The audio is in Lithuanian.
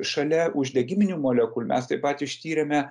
šalia uždegiminių molekulių mes taip pat ištyrėme